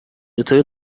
بطور